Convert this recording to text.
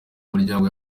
muryango